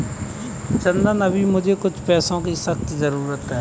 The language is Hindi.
चंदन अभी मुझे कुछ पैसों की सख्त जरूरत है